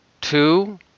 Two